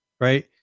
right